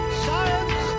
science